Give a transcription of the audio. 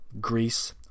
Greece